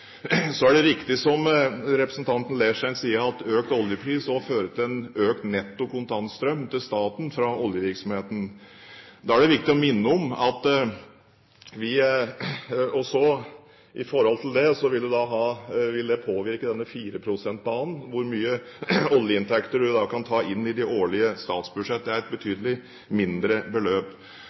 Så er det riktig, som representanten Leirstein sier, at økt oljepris også fører til en økt netto kontantstrøm til staten fra oljevirksomheten. Da er det viktig å minne om at det vil påvirke 4 pst.-banen, hvor mye oljeinntekter man da kan ta inn i de årlige statsbudsjett. Det er et betydelig mindre beløp.